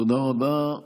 תודה רבה.